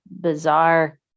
bizarre